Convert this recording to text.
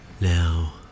Now